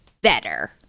better